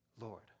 Lord